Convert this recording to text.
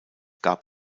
gab